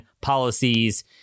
policies